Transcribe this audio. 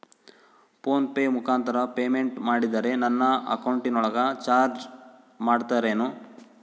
Phone pay ಮುಖಾಂತರ payment ಮಾಡಿದರೆ ನನ್ನ ಅಕೌಂಟಿನೊಳಗ ಚಾರ್ಜ್ ಮಾಡ್ತಿರೇನು?